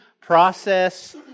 process